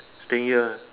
stay here ah